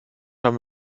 haben